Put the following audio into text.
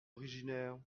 originaire